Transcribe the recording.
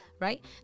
right